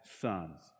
sons